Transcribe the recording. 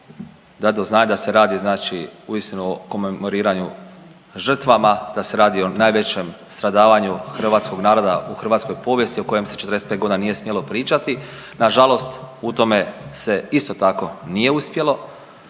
dati do znanja da se radi znači uistinu o komemoriranju žrtvama, da se radi o najvećem stradavanju hrvatskog naroda u hrvatskoj povijesti o kojem se 45 godina nije smjelo pričati. Na žalost u tome se isto tako nije uspjelo.